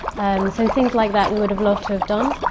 so things like that, we would have loved to have done.